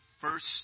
first